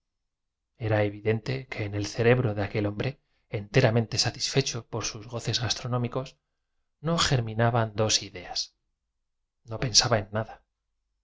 era evidente que en el cerebro de aquel hom bre enteramente satisfecho por sus goces gastronómicos no germina ban dos ideas no pensaba en nada